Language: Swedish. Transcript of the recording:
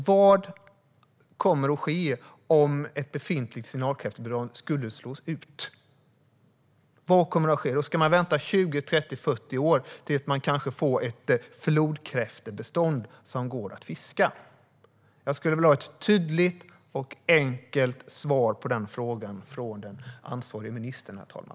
Vad kommer att ske om ett befintligt signalkräftbestånd skulle slås ut? Ska vi vänta 20, 30 eller 40 år tills vi kanske får ett flodkräftbestånd som går att fiska? Jag vill ha ett tydligt och enkelt svar på denna fråga från den ansvarige ministern, herr talman.